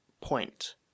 point